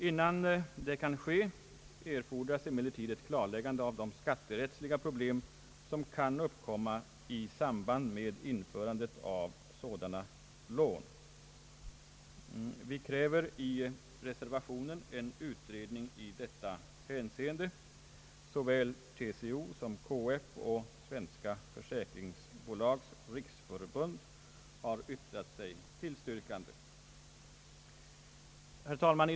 Innan det kan ske erfordras emellertid ett klarläggande av de skatterättsliga problem som kan uppkomma i samband med införandet av sådana lån. Vi kräver i reservationen en utredning i detta hänseende. Såväl TCO som KF och Svenska försäkringsbolags riksförbund har yttrat sig tillstyrkande. Herr talman!